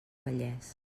vallès